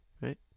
Right